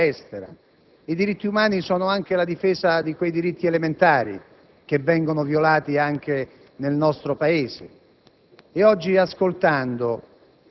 alla diplomazia preventiva, alla politica estera. I diritti umani sono anche la difesa di quei diritti elementari, che vengono violati anche nel nostro Paese.